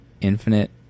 Infinite